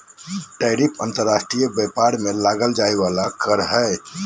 tariff अंतर्राष्ट्रीय व्यापार में लगाल जाय वला कर हइ